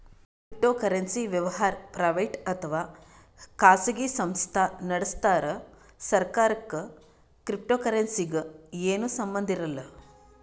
cryptocurrency ವ್ಯವಹಾರ್ private ಅಥವಾ ಖಾಸಗಿ ಸಂಸ್ಥಾ ನಡಸ್ತಾರ್ ಸರ್ಕಾರಕ್ಕ್ ಕ್ರಿಪ್ಟೋಕರೆನ್ಸಿಗ್ ಏನು ಸಂಬಂಧ್ ಇರಲ್ಲ್